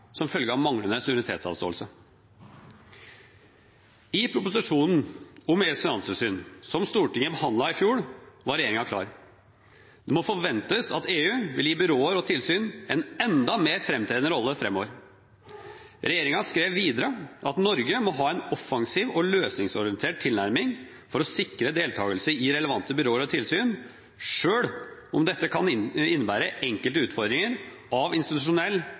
som følge av manglende suverenitetsavståelse. I proposisjonen om EUs finanstilsyn, som Stortinget behandlet i fjor, var regjeringen klar: Det må forventes at EU vil gi byråer og tilsyn en enda mer fremtredende rolle fremover. Regjeringen skrev videre at «Norge må ha en offensiv og løsningsorientert tilnærming for å sikre deltakelse i relevante byråer og tilsyn, selv om dette kan innebære enkelte utfordringer av institusjonell